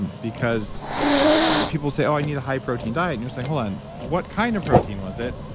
because people say, oh, i need a high protein diet. and you're saying, hold on, what kind of protein was it?